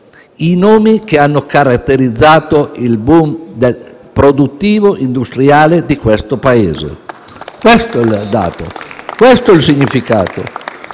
i nomi che hanno caratterizzato il *boom* produttivo e industriale del nostro Paese. Questo è il dato. Questo è il significato.